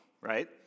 right